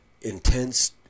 intense